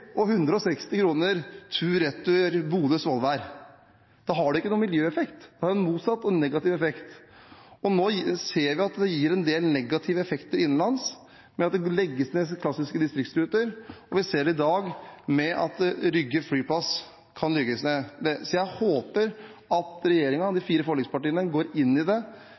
og 160 kr tur-retur Bodø–Svolvær. Da har det ikke noen miljøeffekt. Det har en motsatt og negativ effekt. Nå ser vi at det gir en del negative effekter innenlands, ved at klassiske distriktsruter legges ned, og vi ser det i dag ved at Rygge flyplass kan legges ned. Jeg håper at regjeringen og de fire forlikspartiene går inn i det